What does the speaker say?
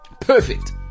Perfect